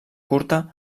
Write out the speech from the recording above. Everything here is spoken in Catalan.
curta